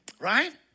Right